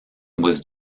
was